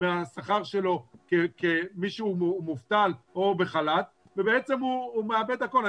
מהשכר שלו כמישהו מובטל או בחל"ת ובעצם הוא מאבד את הכול.